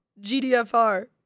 GDFR